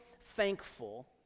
thankful